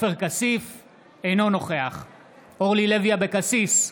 אינו נוכח אורלי לוי אבקסיס,